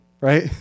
right